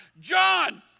John